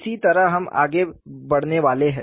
इसी तरह हम आगे बढ़ने वाले हैं